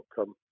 outcome